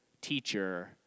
teacher